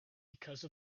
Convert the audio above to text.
because